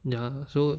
ya so